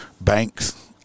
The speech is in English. banks